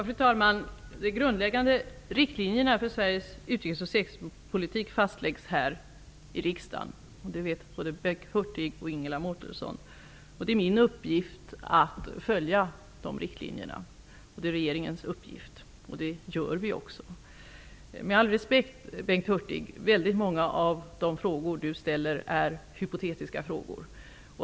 Fru talman! De grundläggande riktlinjerna för Sveriges utrikes och säkerhetspolitik fastläggs här i riksdagen. Det vet både Bengt Hurtig och Ingela Mårtensson. Min och regeringens uppgift är att följa de riktlinjerna, och det gör vi också. Med all respekt -- många av de frågor som Bengt Hurtig ställer är hypotetiska.